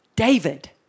David